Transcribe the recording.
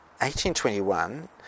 1821